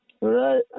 Right